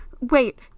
wait